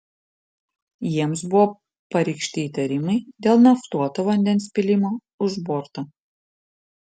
jiems buvo pareikšti įtarimai dėl naftuoto vandens pylimo už borto